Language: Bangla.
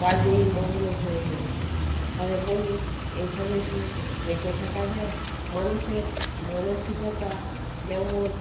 কাজেই মগ্ন হয়ে রয়েছে তাহলে বলুন এভাবে কি বেঁচে থাকা যায় মানুষের মানসিকতা যেমন